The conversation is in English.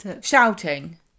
shouting